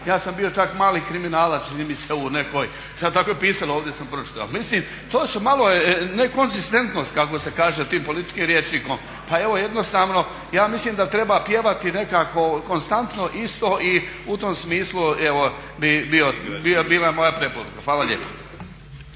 ja sam bio čak mali kriminalac, čini mi se u nekoj, tako je pisalo ovdje sam pročitao. Mislim to su malo je nekonzistentnost kako se kaže tim političkim rječnikom. Pa evo jednostavno ja mislim da treba pjevati nekako konstantno isto i u tom smislu evo bi bila moja preporuka. Hvala lijepa.